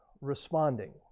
responding